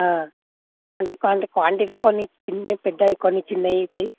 అంటే quanti quantity కొన్ని చిన్నవి పెద్దవి కొన్ని చిన్నవి అవుతాయి